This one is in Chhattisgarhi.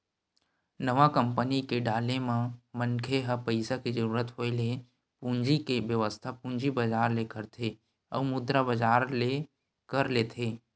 नवा कंपनी के डाले म मनखे ह पइसा के जरुरत होय ले पूंजी के बेवस्था पूंजी बजार ले करथे अउ मुद्रा बजार ले कर लेथे